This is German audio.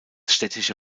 städtische